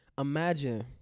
imagine